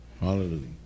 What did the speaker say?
hallelujah